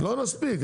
לא נספיק.